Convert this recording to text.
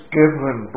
given